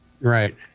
Right